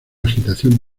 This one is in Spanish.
agitación